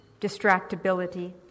distractibility